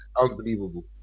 unbelievable